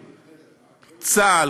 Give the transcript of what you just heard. צה"ל,